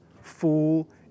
fool